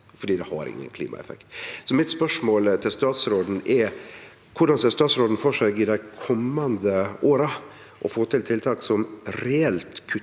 for det har ingen klimaeffekt. Mitt spørsmål til statsråden er: Korleis ser statsråden for seg i dei komande åra å få til tiltak som reelt kuttar